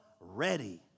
ready